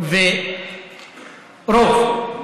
רוב.